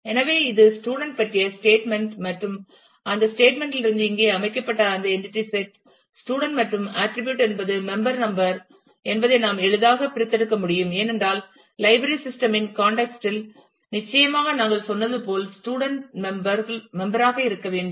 எனவே இது ஸ்டூடண்ட் பற்றிய ஸ்டேட்மெண்ட் மற்றும் அந்த ஸ்டேட்மெண்ட் லிருந்து இங்கே அமைக்கப்பட்ட அந்த என்டிடி செட் ஸ்டூடண்ட் மற்றும் ஆட்டிரிபியூட் என்பது மெம்பர் நம்பர் என்பதை நாம் எளிதாகப் பிரித்தெடுக்க முடியும் ஏனென்றால் லைப்ரரி சிஸ்டம் இன் கான்டெக்ஸ் ட் இல் நிச்சயமாக நாங்கள் சொன்னது போல் ஸ்டூடண்ட் மெம்பர் ராக இருக்க வேண்டும்